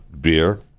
beer